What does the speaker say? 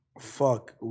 Fuck